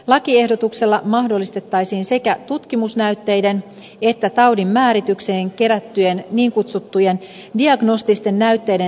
lakiehdotuksella mahdollistettaisiin sekä tutkimusnäytteiden että taudinmääritykseen kerättyjen niin kutsuttujen diagnostisten näytteiden säilyttäminen biopankissa